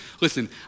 Listen